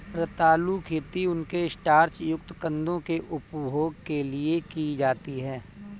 रतालू खेती उनके स्टार्च युक्त कंदों के उपभोग के लिए की जाती है